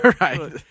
Right